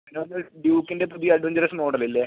പിന്നൊന്ന് ഡുക്കിൻ്റെ പുതിയ അഡ്വെഞ്ചറസ് മോഡലില്ലേ